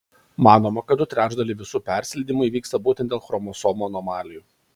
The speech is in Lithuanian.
manoma kad du trečdaliai visų persileidimų įvyksta būtent dėl chromosomų anomalijų